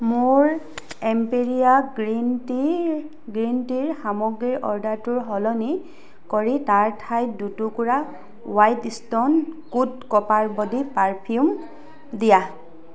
মোৰ Emperia green টিৰ green টিৰ সামগ্ৰীৰ অৰ্ডাৰটো সলনি কৰি তাৰ ঠাইত দুই টুকুৰা wild stone code copper body perfume দিয়া